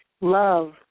love